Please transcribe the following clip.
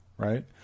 Right